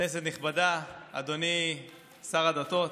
כנסת נכבדה, אדוני שר הדתות,